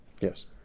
Yes